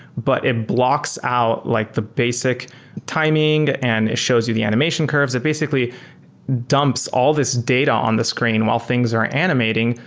but it blocks out like the basic timing and it shows you the animation curves. it basically dumps all this data on the screen while things aren't animating,